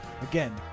Again